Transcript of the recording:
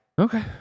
Okay